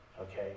okay